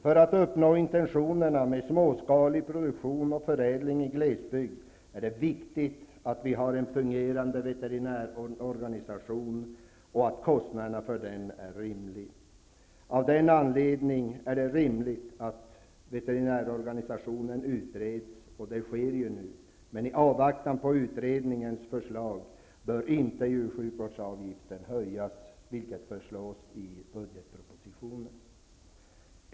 För att uppnå intentionerna med småskalig produktion och förädling i glesbygd är det viktigt att vi har en fungerande veterinärorganisation och att kostnaderna för den är rimlig. Av den anledningen är det rimligt att veterinärorganisationen utreds, och det sker ju nu. Men i avvaktan på utredningens förslag bör djursjukvårdsavgiften inte höjas, vilket föreslås i budgetpropositionen.